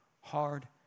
Hard